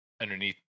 underneath